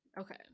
okay